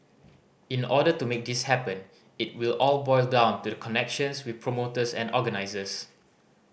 in order to make this happen it will all boil down to the connections with promoters and organisers